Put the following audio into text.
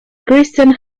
kristen